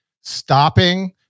stopping